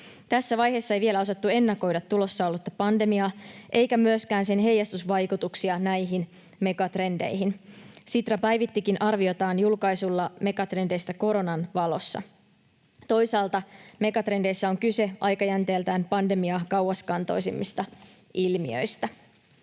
Tässä vaiheessa ei vielä osattu ennakoida tulossa ollutta pandemiaa eikä myöskään sen heijastusvaikutuksia näihin megatrendeihin. Sitra päivittikin arviotaan julkaisulla megatrendeistä koronan valossa. Toisaalta megatrendeissä on kyse aikajänteeltään pandemiaa kauaskantoisemmista ilmiöistä.